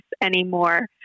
anymore